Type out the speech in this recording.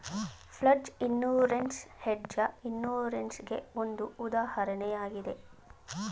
flood insurance hedge insurance ಗೆ ಒಂದು ಉದಾಹರಣೆಯಾಗಿದೆ